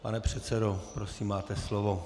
Pane předsedo, prosím, máte slovo.